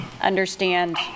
understand